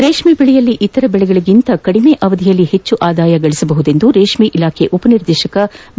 ರೇಷ್ಮೆ ಬೆಳೆಯಲ್ಲಿ ಇತರ ಬೆಳೆಗಳಿಗಿಂತ ಕದಿಮೆ ಅವಧಿಯಲ್ಲಿ ಹೆಚ್ಚು ಆದಾಯ ಗಳಿಸಬಹುದು ಎಂದು ರೇಷ್ಮೆ ಇಲಾಖೆ ಉಪನಿರ್ದೇಶಕ ಬಿ